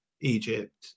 egypt